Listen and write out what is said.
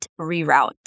reroute